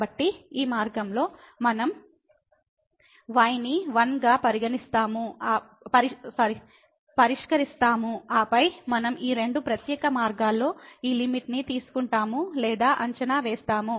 కాబట్టి ఈ మార్గంలో మనం y ని 1 గా పరిష్కరిస్తాము ఆపై మనం ఈ రెండు ప్రత్యేక మార్గాల్లో ఈ లిమిట్ ని తీసుకుంటాము లేదా అంచనా వేస్తాము